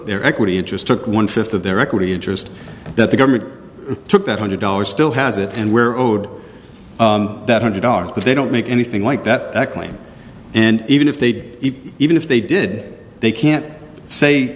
their equity interest took one fifth of their equity interest that the government took that hundred dollars still has it and we're owed that hundred dollars but they don't make anything like that and even if they'd even if they did they can't say